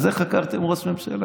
על זה חקרתם ראש ממשלה.